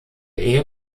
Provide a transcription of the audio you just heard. ehe